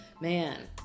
man